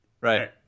right